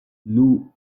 nous